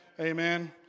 Amen